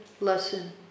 lesson